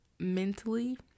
mentally